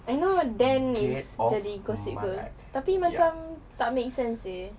I know dan is jadi gossip girl tetapi macam tak make sense eh story kalau ikut setakat cerita sahaja tak ikut buku